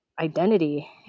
identity